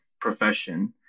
profession